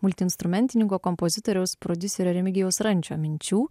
multiinstrumentininko kompozitoriaus prodiuserio remigijaus rančio minčių